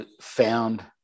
found